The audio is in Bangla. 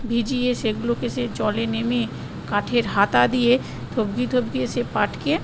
ভিজিয়ে সেগুলোকে সে জলে নেমে কাঠের হাতা দিয়ে টপকিয়ে টপকিয়ে সে পাটকে